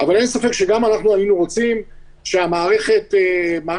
אבל אין ספק שגם אנחנו היינו רוצים שהמערכת הקשר